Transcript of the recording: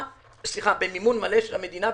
במימון מלא של המדינה,